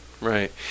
right